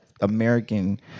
American